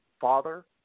father